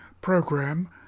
program